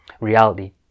reality